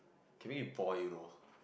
can make me boil you know